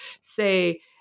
say